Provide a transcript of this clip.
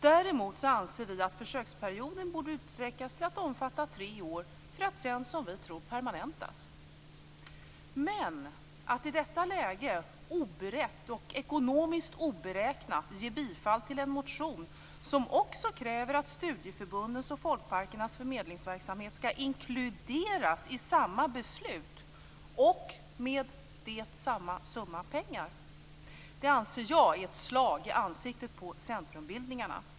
Däremot anser vi att försöksperioden borde utsträckas till att omfatta tre år för att sedan permanentas. Men att i detta läge, oberett och ekonomiskt oberäknat, ge bifall till en motion som också kräver att studieförbundens och Folkparkernas förmedlingsverksamhet skall inkluderas i samma beslut och därmed med samma summa pengar anser jag vara ett slag i ansiktet på centrumbildningarna.